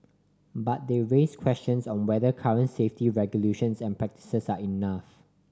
but they raise questions on whether current safety regulations and practices are enough